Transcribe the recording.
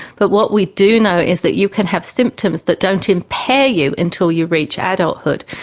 but what we do know is that you can have symptoms that don't impair you until you reach adulthood,